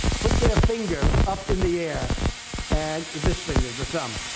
put their finger up in the air and this ring of the thumb